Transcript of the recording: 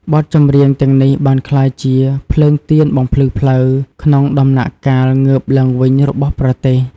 បទចម្រៀងទាំងនេះបានក្លាយជា ភ្លើងទៀនបំភ្លឺផ្លូវ ក្នុងដំណាក់កាលងើបឡើងវិញរបស់ប្រទេស។